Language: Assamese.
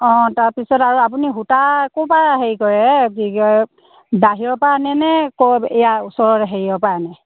অ' তাৰপিছত আৰু আপুনি সূতা ক'ৰ পৰা হেৰি কৰে কি কয় বাহিৰৰ পৰা আনে নে ক এইয়া ওচৰৰে হৰিয়াৰ পৰা আনে